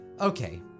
Okay